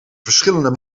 verschillende